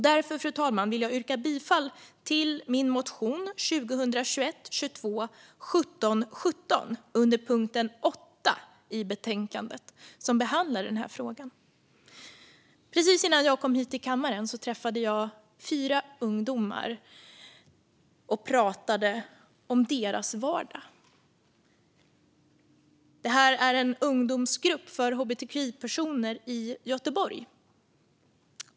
Därför, fru talman, vill jag under punkt 8 i betänkandet yrka bifall till min motion 2021/22:1717, som behandlar den här frågan. Precis innan jag kom hit till kammaren träffade jag fyra ungdomar och pratade om deras vardag. De är med i en ungdomsgrupp för hbtqi-personer i Göteborg.